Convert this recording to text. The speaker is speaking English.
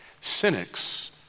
Cynics